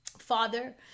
Father